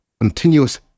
Continuous